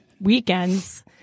Weekends